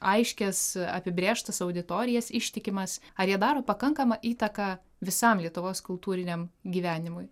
aiškias apibrėžtas auditorijas ištikimas ar jie daro pakankamą įtaką visam lietuvos kultūriniam gyvenimui